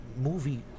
movie